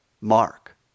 Mark